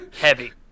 heavy